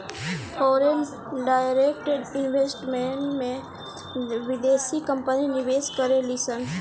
foreign direct investment में बिदेसी company निवेश करेलिसन